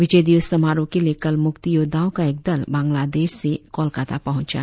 विजय दिवस समारोह के लिए कल मुक्ति योद्धाओं का एक दल बांग्लादेश से कोलकाता पहुंचा